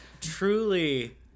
truly